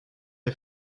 est